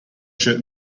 shirt